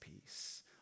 Peace